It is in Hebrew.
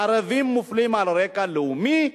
ערבים מופלים על רקע לאומי,